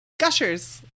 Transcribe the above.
Gushers